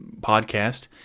podcast